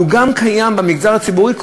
אבל הוא גם קיים במגזר הציבורי,